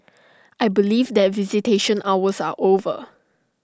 I believe that visitation hours are over